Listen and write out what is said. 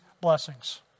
blessings